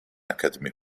academy